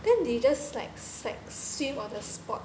then they just like like swim on the spot